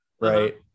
right